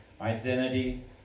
identity